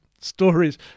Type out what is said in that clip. stories